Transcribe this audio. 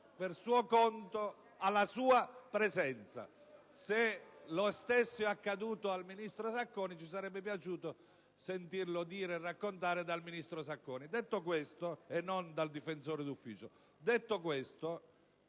per suo conto in sua presenza. Se lo stesso è accaduto al ministro Sacconi ci sarebbe piaciuto sentirlo dire e raccontare dallo stesso Ministro e non dal difensore d'ufficio. Detto questo,